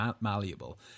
malleable